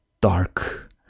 dark